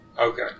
Okay